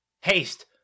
Haste